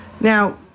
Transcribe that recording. Now